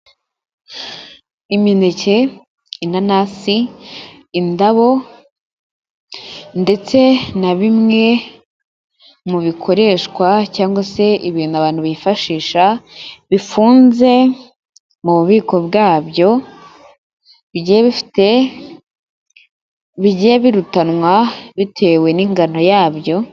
Imineke, inanasi, indabo ndetse na bimwe mu bikoreshwa cyangwa se ibintu abantu bifashisha, bifunze mu bubiko bwabyo, bigiye bifite, bigiye birutanwa bitewe n'ingano yabyo.